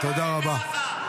תודה רבה.